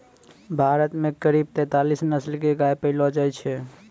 भारत मॅ करीब तेतालीस नस्ल के गाय पैलो जाय छै